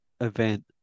event